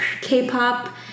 K-pop